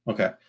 Okay